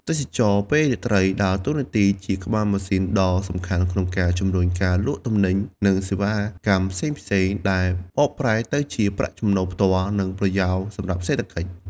ទេសចរណ៍ពេលរាត្រីដើរតួនាទីជាក្បាលម៉ាស៊ីនដ៏សំខាន់ក្នុងការជំរុញការលក់ទំនិញ និងសេវាកម្មផ្សេងៗ ដែលបកប្រែទៅជាប្រាក់ចំណូលផ្ទាល់ និងប្រយោលសម្រាប់សេដ្ឋកិច្ច។